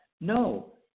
no